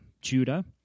Judah